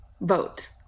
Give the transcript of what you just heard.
Vote